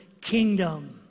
kingdom